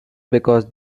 because